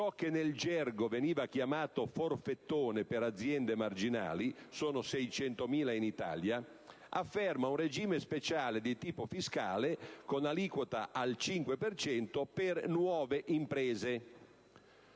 ciò che nel gergo veniva chiamato forfettone per aziende marginali - che sono 600.000 in Italia - afferma un regime speciale di tipo fiscale con aliquota al 5 per cento per nuove imprese.